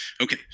Okay